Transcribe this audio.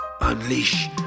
Unleash